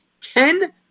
Ten